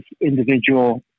individual